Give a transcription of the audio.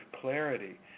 clarity